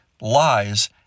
lies